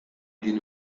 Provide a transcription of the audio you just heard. den